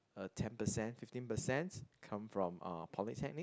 uh ten percent fifteen percents come from uh polytechnic